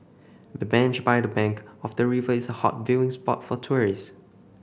the bench by the bank of the river is a hot view spot for tourist